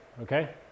Okay